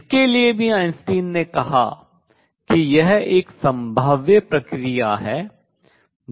इसके लिए भी आइंस्टीन ने कहा कि यह एक संभाव्य प्रक्रिया है